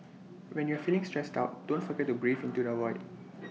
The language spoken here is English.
when you are feeling stressed out don't forget to breathe into the void